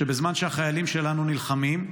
שבזמן שהחיילים שלנו נלחמים,